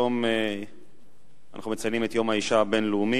היום אנחנו מציינים את יום האשה הבין-לאומי,